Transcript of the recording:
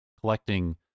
collecting